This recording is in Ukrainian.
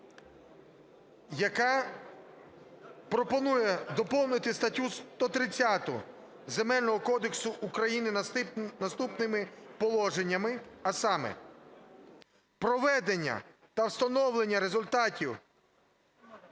яка пропонує доповнити статтю 130 Земельного кодексу України наступними положеннями, а саме: "Проведення та встановлення результатів